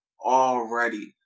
already